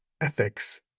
ethics